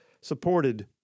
supported